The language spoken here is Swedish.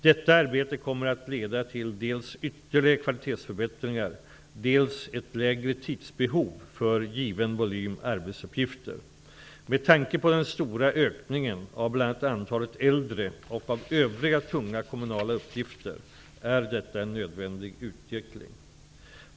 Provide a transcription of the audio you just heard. Detta arbete kommer att leda till dels ytterligare kvalitetsförbättringar, dels ett lägre tidsbehov för given volym arbetsuppgifter. Med tanke på den stora ökningen av bl.a. antalet äldre och av övriga tunga kommunala uppgifter är detta en nödvändig utveckling.